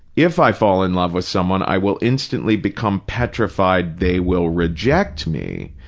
if i fall in love with someone, i will instantly become petrified they will reject me.